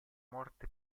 morte